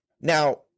Now